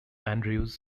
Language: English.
andrews